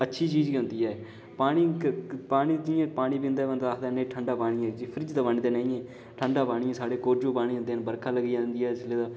अच्छी चीज़ गै होंदी ऐ पानी जि'यां पानी पींदा बंदा आखदा ऐ ठड़ा पानी ऐ फ्रिज दा पानी ते नेई ऐ ठंडा पानी ऐ साढ़ै कोरजू पानी होंदे न बर्खा लग्गी जंदी ऐ जिसलै तां